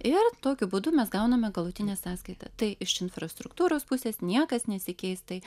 ir tokiu būdu mes gauname galutinę sąskaitą tai iš infrastruktūros pusės niekas nesikeis tai